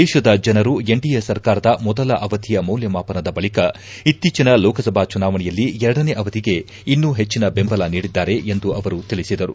ದೇಶದ ಜನರು ಎನ್ಡಿಎ ಸರ್ಕಾರದ ಮೊದಲ ಅವಧಿಯ ಮೌಲ್ಯಮಾಪನದ ಬಳಿಕ ಇತ್ತೀಚಿನ ಲೋಕಸಭಾ ಚುನಾವಣೆಯಲ್ಲಿ ಎರಡನೇ ಅವಧಿಗೆ ಇನ್ನೂ ಹೆಚ್ಚಿನ ಬೆಂಬಲ ನೀಡಿದ್ದಾರೆ ಎಂದು ಅವರು ತಿಳಿಸಿದರು